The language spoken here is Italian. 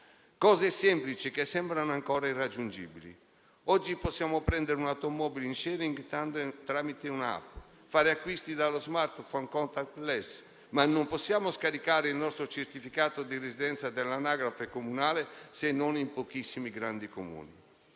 cose semplici, che sembrano ancora irraggiungibili. Oggi possiamo prendere un'automobile in *sharing* tramite un'app e fare acquisti dallo *smartphone* con *contactless*, ma non scaricare il nostro certificato di residenza dall'anagrafe comunale, se non in pochissimi grandi Comuni.